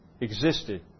existed